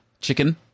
Chicken